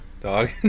dog